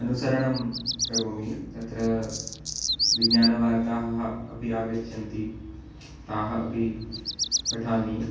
अनुसरणं करोमि तत्र विज्ञानवार्ताः अपि आगच्छन्ति ताः अपि पठामि